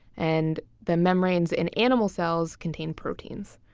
and the membranes in animal cells contain proteins.